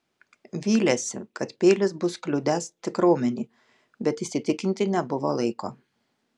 vylėsi kad peilis bus kliudęs tik raumenį bet įsitikinti nebuvo laiko